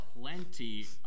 plenty